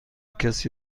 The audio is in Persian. کسی